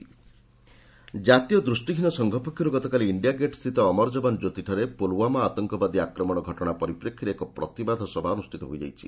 blind Pulwama attack ଜାତୀୟ ଦୂଷ୍ଟିହୀନ ସଂଘ ପକ୍ଷରୁ ଗତକାଲି ଇଣ୍ଡିଆ ଗେଟ୍ସ୍ଥିତ ଅମର ଯବାନ ଜ୍ୟୋତିଠାରେ ପୁଲଓ୍ୱାମା ଆତଙ୍କବାଦୀ ଆକ୍ରମଣ ଘଟଣା ପରିପ୍ରେକ୍ଷୀରେ ଏକ ପ୍ରତିବାଦ ସଭା ଅନୁଷ୍ଠିତ ହୋଇଯାଇଛି